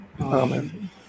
amen